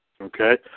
Okay